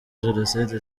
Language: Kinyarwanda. jenoside